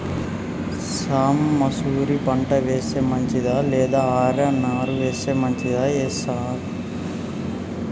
సాంబ మషూరి పంట వేస్తే మంచిదా లేదా ఆర్.ఎన్.ఆర్ వేస్తే మంచిదా యాసంగి లో?